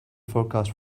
forecast